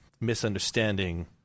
misunderstanding